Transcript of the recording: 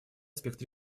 аспект